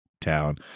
town